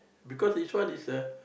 because each one is a